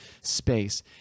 space